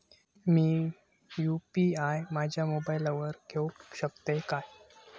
मी UPI माझ्या मोबाईलावर घेवक शकतय काय?